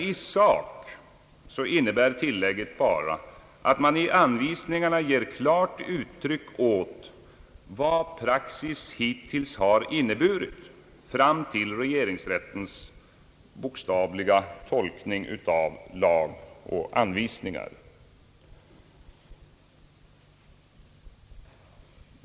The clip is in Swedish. I sak innebär de dock bara, att man i anvisningarna ger klart uttryck åt vad praxis hittills inneburit, fram till regeringsrättens bokstavliga tolkning av lag och anvisningar.